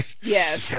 yes